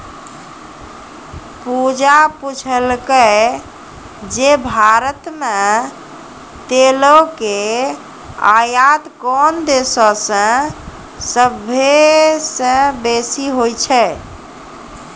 पूजा पुछलकै जे भारत मे तेलो के आयात कोन देशो से सभ्भे से बेसी होय छै?